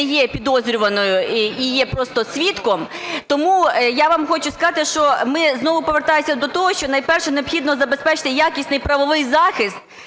не є підозрюваною і є просто свідком. Тому я вам хочу сказати, що ми знову повертаємося до того, що найперше необхідно забезпечити якісний правовий захист